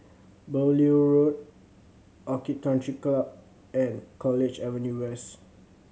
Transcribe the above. Beaulieu Road Orchid Country Club and College Avenue West